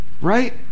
right